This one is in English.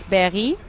Berry